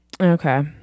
okay